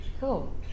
Cool